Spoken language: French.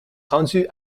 rendus